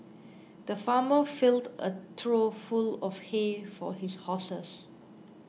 the farmer filled a trough full of hay for his horses